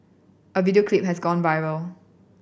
a video clip has gone viral